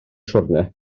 siwrne